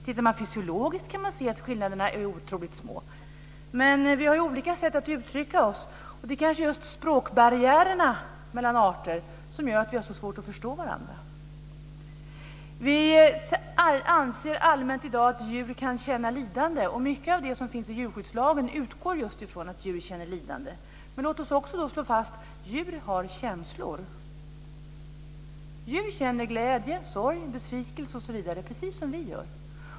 Tittar man fysiologiskt kan man se att skillnaderna är otroligt små. Vi har olika sätt att uttrycka oss. Det kanske just är språkbärriärerna mellan arter som gör att vi har så svårt att förstå varandra. Vi anser allmänt i dag att djur kan känna lidande. Mycket av det som finns i djurskyddslagen utgår just från att djur känner lidande. Låt oss också slå fast att djur har känslor. Djur känner glädje, sorg, besvikelse osv. precis som vi gör.